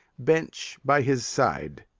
bench by his side.